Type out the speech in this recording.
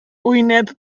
wyneb